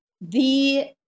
the-